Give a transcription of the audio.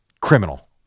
criminal